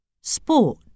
Sport